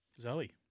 Zoe